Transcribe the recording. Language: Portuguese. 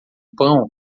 pão